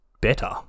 better